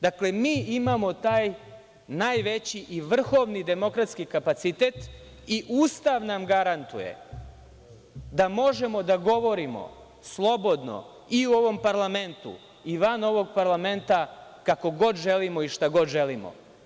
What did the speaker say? Dakle, mi imamo taj najveći i vrhovni demokratski kapacitet i Ustav nam garantuje da možemo da govorimo slobodno i u ovom parlamentu i van ovog parlamenta, kako god želimo i šta god želimo.